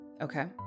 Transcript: Okay